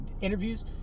interviews